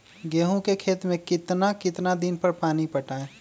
गेंहू के खेत मे कितना कितना दिन पर पानी पटाये?